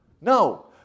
No